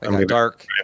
dark